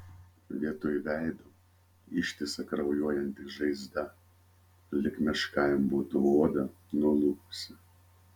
vietoj veido ištisa kraujuojanti žaizda lyg meška jam būtų odą nulupusi